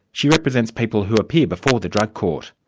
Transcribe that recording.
she represents people who appear before the drug court.